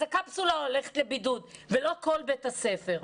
הקפסולה הולכת לבידוד ולא כל בית הספר.